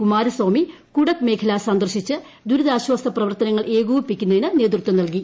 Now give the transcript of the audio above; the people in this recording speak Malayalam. കുമാരസ്വാമി കുടക് മേഖല സന്ദർശിച്ച് ദുരിതാശ്വാസ പ്രവർത്തനങ്ങൾ ഏകോപിക്കുന്നതിന് നേതൃത്വം നൽകി